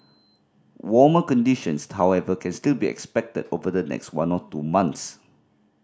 warmer conditions however can still be expected over the next one or two months